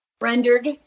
rendered